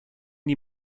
die